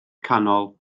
canol